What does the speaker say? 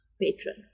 patron